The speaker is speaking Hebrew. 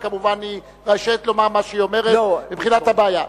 והיא רשאית כמובן לומר מה שהיא אומרת מבחינת הבעיה.